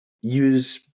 use